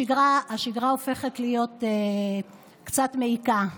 השגרה הופכת להיות קצת מעיקה.